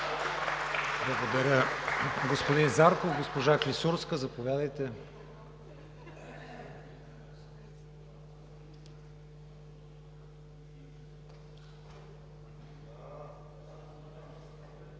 Благодаря Ви, господин Зарков. Госпожо Клисурска, заповядайте.